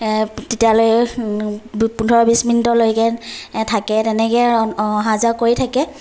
তেতিয়ালৈ পোন্ধৰ বিছ মিনিটলৈকে থাকে তেনেকৈ অহা যোৱা কৰি থাকে